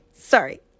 sorry